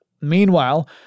Meanwhile